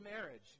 marriage